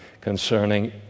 concerning